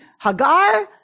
Hagar